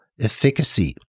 efficacy